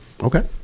Okay